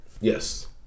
Yes